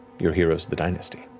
you're heroes of the dynasty.